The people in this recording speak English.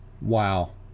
Wow